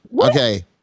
Okay